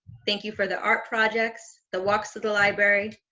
thank you for the art projects, the walks to the library,